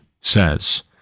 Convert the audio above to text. says